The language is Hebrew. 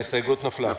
ההסתייגות נפלה.